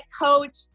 coach